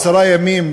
עשרה ימים,